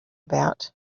about